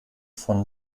von